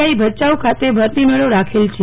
I ભયાઉ ખાતે ભરતી મેળો રાખેલ છે